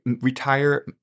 retire